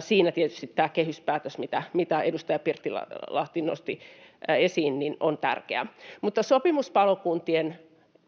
Siinä tietysti tämä kehyspäätös, mitä edustaja Pirttilahti nosti esiin, on tärkeä. Mutta sopimuspalokuntien